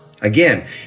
Again